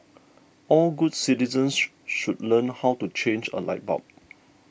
all good citizens should learn how to change a light bulb